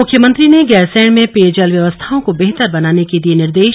मुख्यमंत्री ने गैरसैंण में पेयजल व्यवस्थाओं को बेहतर बनाने के दिए निर्देश